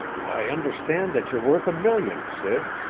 i understand that you're worth a million, sid.